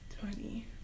Twenty